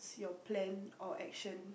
your plan or action